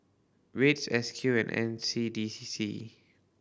wits S Q and N C D C C